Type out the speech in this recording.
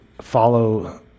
follow